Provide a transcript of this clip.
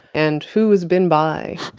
and who has been by?